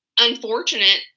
unfortunate